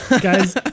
Guys